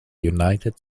united